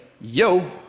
yo